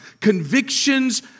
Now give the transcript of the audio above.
convictions